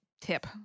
tip